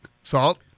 Salt